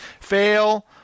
Fail